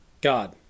God